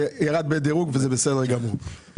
זה ירד בדירוג וזה בסדר גמור.